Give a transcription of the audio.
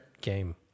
game